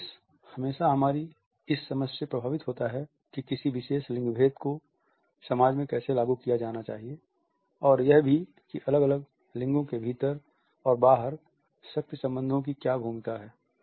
space हमेशा हमारी इस समझ से प्रभावित होता है कि किसी विशेष लिंग भेद को समाज में कैसे लागू किया जाना चाहिए और यह भी कि अलग अलग लिंगों के भीतर और बाहर शक्ति संबंधों की क्या भूमिका है